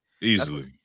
Easily